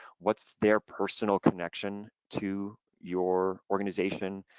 what's their personal connection to your organization,